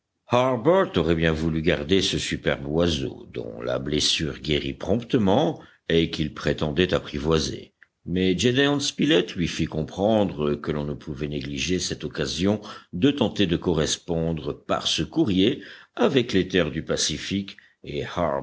aurait bien voulu garder ce superbe oiseau dont la blessure guérit promptement et qu'il prétendait apprivoiser mais gédéon spilett lui fit comprendre que l'on ne pouvait négliger cette occasion de tenter de correspondre par ce courrier avec les terres du pacifique et